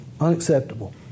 Unacceptable